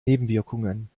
nebenwirkungen